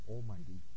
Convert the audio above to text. Almighty